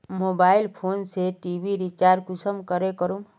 Mobile phone से TV recharge कुंसम करे करूम?